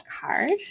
card